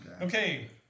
Okay